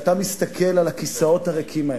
כשאתה מסתכל על הכיסאות הריקים האלה,